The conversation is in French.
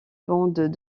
bandes